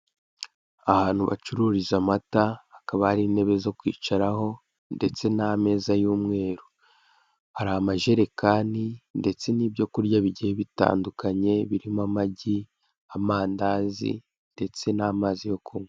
Ahantu bacururiza amata hakaba hari intebe zo kwicaraho ndetse n'ameza y'umweru hari amajerekani ndetse n'ibyo kurya bigiye bitandukanye birimo amagi, amandazi ndetse n'amazi yo kunywa.